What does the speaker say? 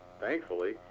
thankfully